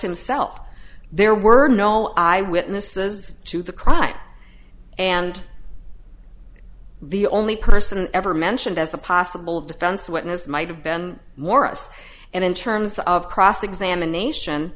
himself there were no eyewitnesses to the crime and the only person ever mentioned as a possible defense witness might have been morris and in terms of cross examination